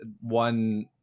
one